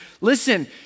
listen